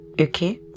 okay